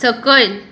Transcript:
सकयल